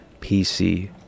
PC